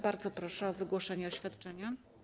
Bardzo proszę o wygłoszenie oświadczenia.